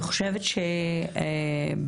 ולהביא אותה לחקיקה.